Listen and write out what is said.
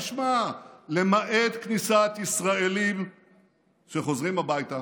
תשמע, למעט כניסת ישראלים שחוזרים הביתה